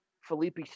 Felipe